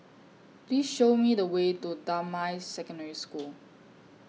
Please Show Me The Way to Damai Secondary School